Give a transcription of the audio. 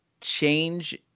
change